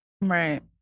Right